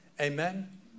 amen